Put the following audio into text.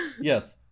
Yes